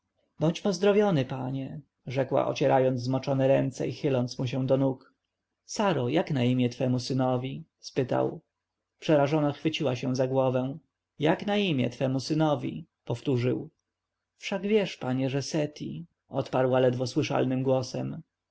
bądź pozdrowiony panie rzekła ocierając zmoczone ręce i chyląc mu się do nóg saro jak na imię twemu synowi spytał przerażona chwyciła się za głowę jak na imię twemu synowi powtórzył wszak wiesz panie że seti odparła ledwie dosłyszalnym głosem